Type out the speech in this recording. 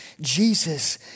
Jesus